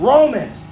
Romans